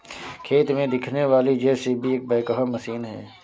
खेत में दिखने वाली जे.सी.बी एक बैकहो मशीन है